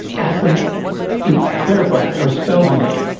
ask them to clarify or spell the name.